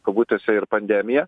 kabutėse ir pandemija